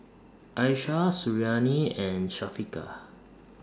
Aishah Suriani and Syafiqah